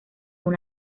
una